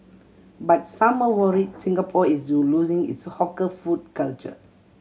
but some are worried Singapore is losing its hawker food culture